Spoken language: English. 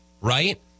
right